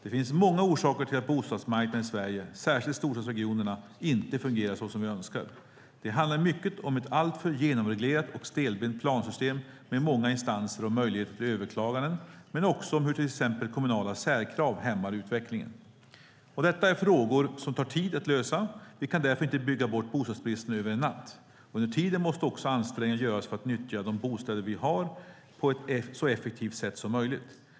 Det finns många orsaker till att bostadsmarknaden i Sverige, särskilt i storstadsregionerna, inte fungerar såsom vi önskar. Det handlar i mycket om ett alltför genomreglerat och stelbent plansystem, med många instanser och möjligheter till överklaganden, men också om hur till exempel kommunala särkrav hämmar utvecklingen. Detta är frågor som tar tid att lösa. Vi kan därför inte bygga bort bostadsbristen över en natt. Under tiden måste också ansträngningar göras för att nyttja de bostäder vi har på ett så effektivt sätt som möjligt.